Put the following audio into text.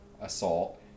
Assault